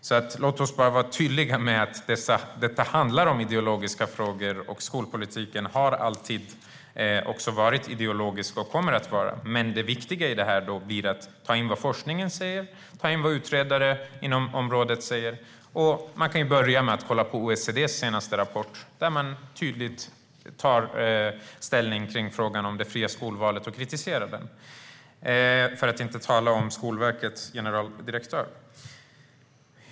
Låt oss vara tydliga med att detta handlar om ideologiska frågor, och skolpolitiken har alltid varit och kommer att vara ideologisk. Men det viktiga här blir att ta in vad forskningen säger och vad utredare på området säger. Man kan ju börja med att kolla på OECD:s senaste rapport, som tydligt tar ställning till frågan om det fria skolvalet och kritiserar det - för att inte tala om Skolverkets generaldirektör. Fru talman!